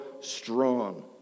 strong